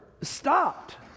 stopped